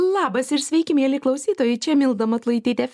labas ir sveiki mieli klausytojai čia milda matulaitytė